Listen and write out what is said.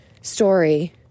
story